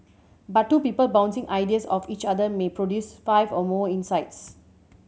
but two people bouncing ideas off each other may produce five or more insights